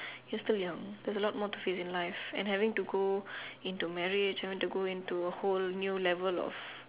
you're still young there's a lot more to face in life and having to go into marriage having to go into a whole new level of